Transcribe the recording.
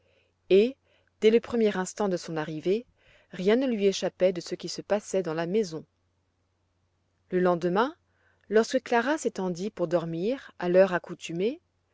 et dès le premier instant de son arrivée rien ne lui échappait de ce qui se passait dans la maison le lendemain lorsque clara s'étendit pour dormir à l'heure accoutumée